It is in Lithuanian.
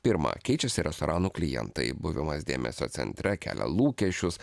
pirma keičiasi restoranų klientai buvimas dėmesio centre kelia lūkesčius